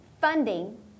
funding